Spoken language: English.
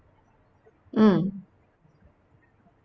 mm